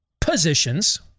positions